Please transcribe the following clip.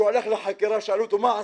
שהולך לחקירה ואומרים לו: מה עשית?